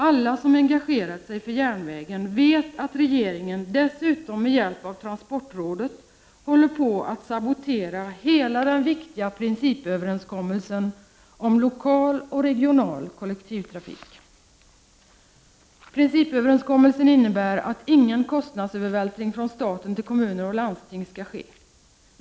Alla som har engagerat sig för järnvägen vet att regeringen, dessutom med hjälp av transportrådet, håller på att sabotera hela den viktiga principöverenskommelsen om lokal och regional kollektivtrafik. Principöverenskommelsen innebär att ingen kostnadsövervältring från staten till kommuner och landsting skall ske.